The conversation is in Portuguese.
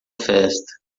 festa